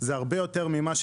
זה הרבה יותר ממה שצריך,